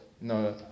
no